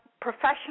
professional